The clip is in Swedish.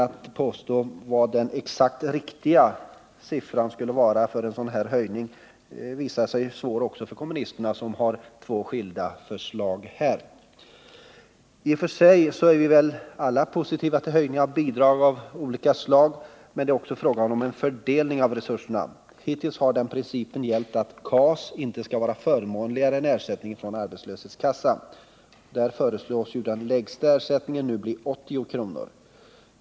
Att ange den exakt riktiga siffran för en sådan här höjning visar sig ju svårt också för kommunisterna, som har två skilda förslag här. I och för sig är vi väl alla positiva till höjning av bidrag av olika slag, men det är också fråga om en fördelning av resurserna. Hittills har den principen gällt att KAS inte skall vara förmånligare än ersättningen från arbetslöshetskassa. Där föreslås ju den lägsta ersättningen nu bli 80 kr.